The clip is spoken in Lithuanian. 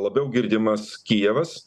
labiau girdimas kijevas